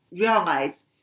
realize